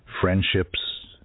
friendships